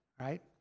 right